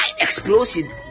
explosion